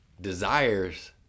desires